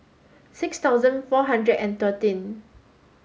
six thousand four hundred and thirteen